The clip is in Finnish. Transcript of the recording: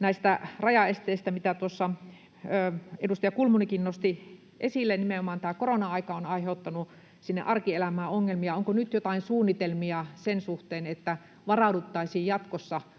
näistä rajaesteistä, mitä tuossa edustaja Kulmunikin nosti esille. Nimenomaan tämä korona-aika on aiheuttanut sinne arkielämään ongelmia. Onko nyt joitain suunnitelmia sen suhteen, että varauduttaisiin jatkossa paremmin